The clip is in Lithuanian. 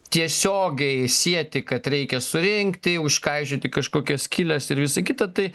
tiesiogiai sieti kad reikia surinkti užkaišyti kažkokias skyles ir visa kita tai